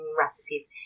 recipes